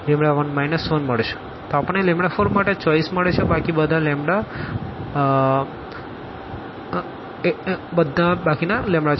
તો આપણને 4માટે આ ચોઈસ મળે છે બાકી બધા લેમ્બ્ડા 3 1211 1 છે